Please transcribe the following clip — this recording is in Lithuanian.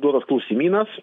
duros klausimynas